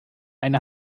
eine